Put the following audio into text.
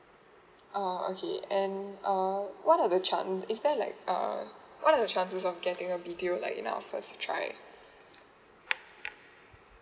oh okay um um what are the chart room is there like err what are the chances of getting your detail like your first trip mm